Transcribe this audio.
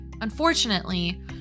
Unfortunately